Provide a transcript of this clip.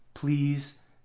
please